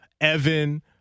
Evan